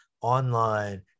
online